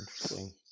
Interesting